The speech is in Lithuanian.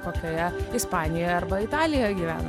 kokioje ispanijoje arba italijoje gyvenant